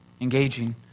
engaging